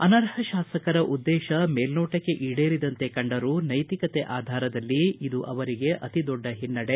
ಅನರ್ಹ ಶಾಸಕರ ಉದ್ದೇತ ಮೇಲ್ನೋಟಕ್ಕೆ ಈಡೇರಿದಂತೆ ಕಂಡರೂ ನೈತಿಕತೆ ಆಧಾರದಲ್ಲಿ ಇದು ಅವರಿಗೆ ಅತಿ ದೊಡ್ಡ ಹಿನ್ನಡೆ